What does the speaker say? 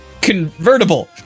convertible